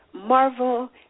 marvel